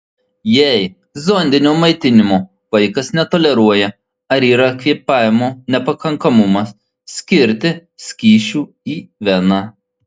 jei zondinio maitinimo vaikas netoleruoja ar yra kvėpavimo nepakankamumas skirti skysčių į veną